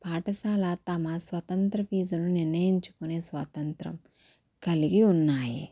పాఠశాల తమ స్వతంత్ర ఫీజులను నిర్ణయించుకునే స్వాతంత్రం కలిగి ఉన్నాయి